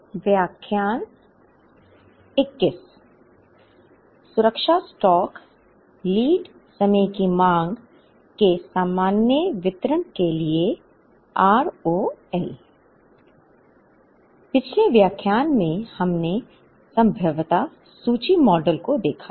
पिछले व्याख्यान में हमने संभाव्यता सूची मॉडल को देखा